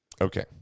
okay